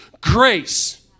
Grace